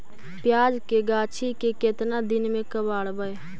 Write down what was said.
प्याज के गाछि के केतना दिन में कबाड़बै?